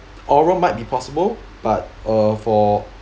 oral might be possible but uh for